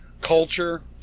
culture